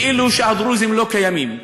כאילו הדרוזים לא קיימים,